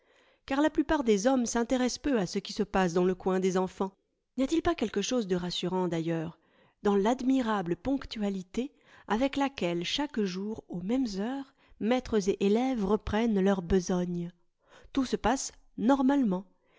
car la plupart des hommes s'intéressent peu à ce qui se passe dans le coin des enfants n'y a-t-il pas quelque chose de rassurant d'ailleurs dans l'admirable ponctualité avec laquelle chaque jour aux mêmes heures maîtres et élèves reprennent leur besogne tout se passe normalement